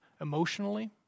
emotionally